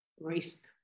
risk